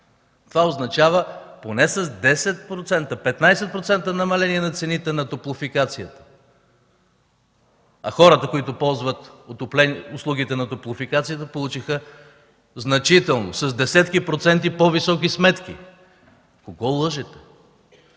Това означава поне с 10-15% намаление на цените на „Топлофикация”! Хората, които ползват услугите на „Топлофикация”, получиха с десетки проценти по-високи сметки! Кого лъжете?